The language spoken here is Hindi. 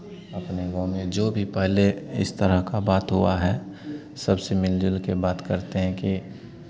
अपने गाँव में जो भी पहेले इस तरह का बात हुआ है सबसे मिल जुलके बात करते हैं कि